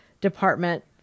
department